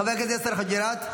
חבר הכנסת יאסר חוג'יראת,